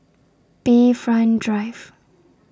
Bayfront Drive